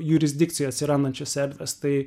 jurisdikcijoj atsirandančios erdvės tai